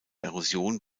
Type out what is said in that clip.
erosion